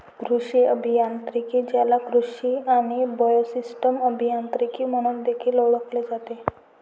कृषी अभियांत्रिकी, ज्याला कृषी आणि बायोसिस्टम अभियांत्रिकी म्हणून देखील ओळखले जाते